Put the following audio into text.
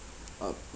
uh